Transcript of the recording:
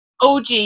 OG